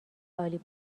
عالی